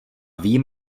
vím